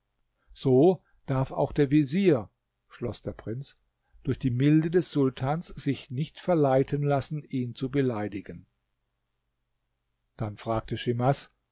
so darf auch der vezier schloß der prinz durch die milde des sultans sich nicht verleiten lassen ihn zu beleidigen dann fragte schimas